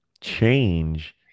change